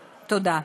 תודה.